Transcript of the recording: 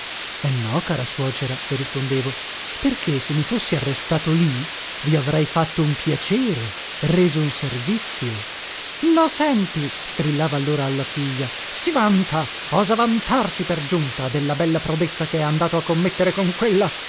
eh no cara suocera le rispondevo perché se mi fossi arrestato lì vi avrei fatto un piacere reso un servizio lo senti strillava allora alla figlia si vanta osa vantarsi per giunta della bella prodezza che è andato a commettere con quella